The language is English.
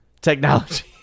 Technology